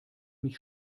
mich